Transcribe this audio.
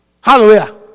Hallelujah